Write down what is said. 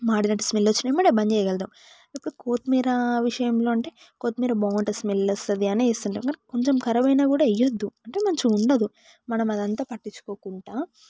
మాడినట్టు smell వచ్చిన ఏంటంటే బంద్ చేయగలుగుతాం ఇప్పుడు కొత్తిమీర విషయంలో అంటే కొత్తిమీర బాగుంటుంది స్మెల్ వస్తుందని వేస్తుంటాం కొంచెం ఖరాబ్ అయినా కూడా వేయద్దు అంటే మంచి ఉండదు మనం అదంతా పట్టించుకోకుండా